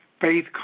Faith